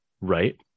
right